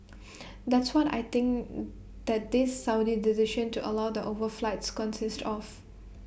that's what I think that this Saudi decision to allow the overflights consists of